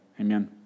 Amen